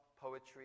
poetry